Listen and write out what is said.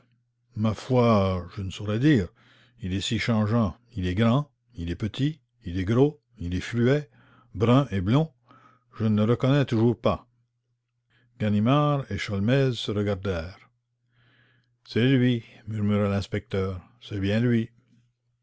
ma foi je ne saurais dire il est si changeant il est grand il est petit il est gros il est fluet brun et blond je ne le reconnais toujours pas ganimard et sholmès se regardèrent c'est lui murmura ganimard c'est bien lui